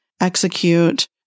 execute